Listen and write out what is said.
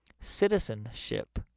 Citizenship